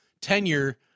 tenure